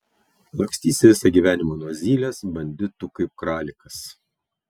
lakstysi visą gyvenimą nuo zylės banditų kaip kralikas